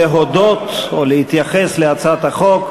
להודות או להתייחס להצעת החוק.